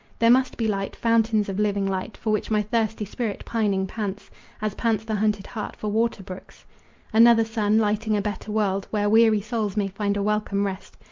there must be light, fountains of living light, for which my thirsty spirit pining pants as pants the hunted hart for water-brooks another sun, lighting a better world, where weary souls may find a welcome rest.